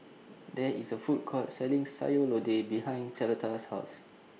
There IS A Food Court Selling Sayur Lodeh behind Carlotta's House